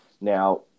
Now